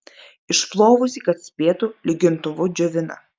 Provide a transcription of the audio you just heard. išplovusi kad spėtų lygintuvu džiovina